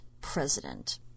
president